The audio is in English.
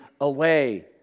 away